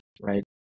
right